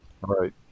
Right